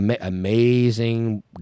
amazing